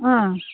ओं